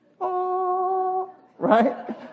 right